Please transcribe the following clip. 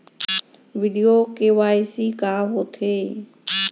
video KYC का होथे